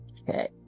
Okay